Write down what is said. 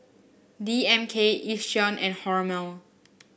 D M K Yishion and Hormel